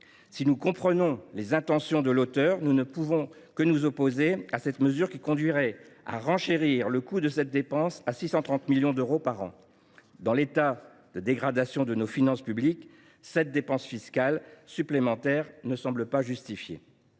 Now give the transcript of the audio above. Si nous comprenons les intentions de l’auteur du texte, nous ne pouvons que nous opposer à une telle mesure, qui conduirait à renchérir le coût de cette dépense de 630 millions d’euros par an. En l’état de dégradation de nos finances publiques, cette dépense fiscale supplémentaire ne nous semble pas justifiée.